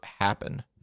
happen